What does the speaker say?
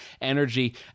energy